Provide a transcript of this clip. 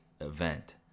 event